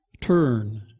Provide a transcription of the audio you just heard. turn